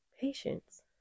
Patience